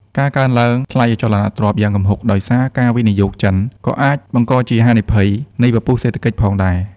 ការកើនឡើងថ្លៃអចលនទ្រព្យយ៉ាងគំហុកដោយសារការវិនិយោគចិន ក៏អាចបង្កជាហានិភ័យនៃពពុះសេដ្ឋកិច្ចផងដែរ។